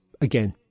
again